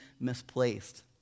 misplaced